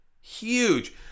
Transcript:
Huge